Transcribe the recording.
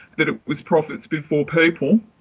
that it was profits before people,